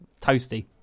toasty